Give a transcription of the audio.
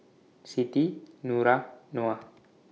Siti Nura Noah